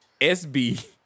SB